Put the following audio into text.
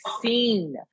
seen